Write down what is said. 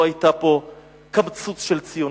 לא היה פה קמצוץ של ציונות,